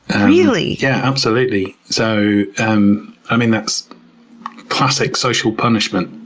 really? yeah, absolutely. so um i mean that's classic social punishment